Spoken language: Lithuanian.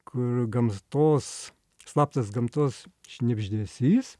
kur gamtos slaptas gamtos šnibždesys